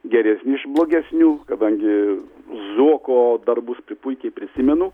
geresnį iš blogesnių kadangi zuoko darbus pri puikiai prisimenu